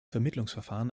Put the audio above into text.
vermittlungsverfahren